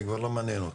כבר לא מעניין אותי.